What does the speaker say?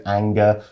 anger